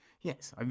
yes